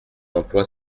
emploi